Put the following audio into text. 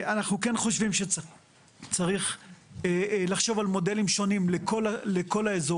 אנחנו כן חושבים שצריך לחשוב על מודלים שונים לכל האזורים.